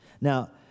Now